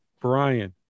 Brian